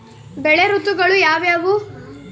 ಬೆಳೆ ಋತುಗಳು ಯಾವ್ಯಾವು?